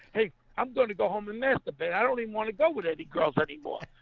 hey, i'm going to go home and masturbate i don't even want to go with any girls anymore.